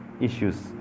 issues